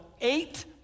eight